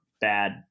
Bad